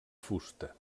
fusta